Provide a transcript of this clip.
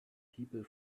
people